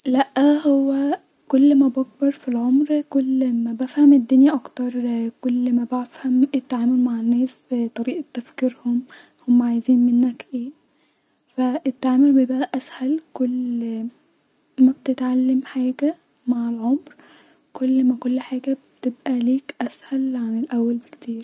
لاا هو كل ما بكبر في العمر كل ما بفهم الدنيا اكتر كل ما ب-فهم التعامل الناس طريقه تفكيرهم-هما عايزين منك ايه-فا-التعامل بيبقي اسهل كل ما بتتعلم حاجه مع العمر كل ما كل حاجه بتبقي-ليك اسهل عن الاول بكتير